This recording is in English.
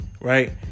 right